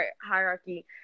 hierarchy